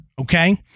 okay